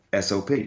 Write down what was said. SOP